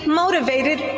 motivated